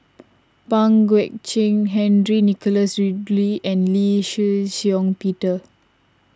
Pang Guek Cheng Henry Nicholas Ridley and Lee Shih Shiong Peter